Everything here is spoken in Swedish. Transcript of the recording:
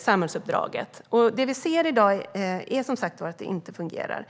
samhällsuppdraget. Det vi ser i dag är som sagt att det inte fungerar.